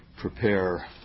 prepare